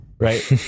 Right